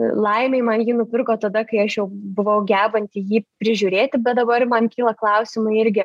laimei man jį nupirko tada kai aš jau buvau gebanti jį prižiūrėti bet dabar man kyla klausimai irgi